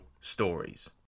Stories